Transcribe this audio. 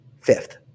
fifth